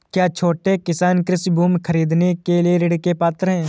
क्या छोटे किसान कृषि भूमि खरीदने के लिए ऋण के पात्र हैं?